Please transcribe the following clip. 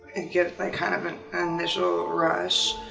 get kind of an and initial rush,